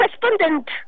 correspondent